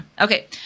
Okay